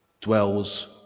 dwells